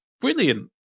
Brilliant